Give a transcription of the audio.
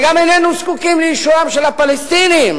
ואיננו זקוקים לאישורם של הפלסטינים